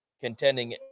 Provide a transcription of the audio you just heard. contending